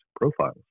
profiles